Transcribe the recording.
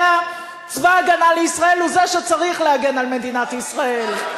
אלא צבא-הגנה לישראל הוא שצריך להגן על מדינת ישראל?